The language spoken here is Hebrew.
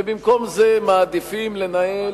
ובמקום זה מעדיפים לנהל,